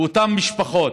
ואותן משפחות,